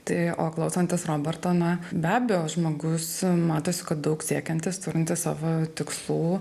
tai o klausantis roberto na be abejo žmogus matosi kad daug siekiantis turintis savo tikslų